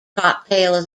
cocktail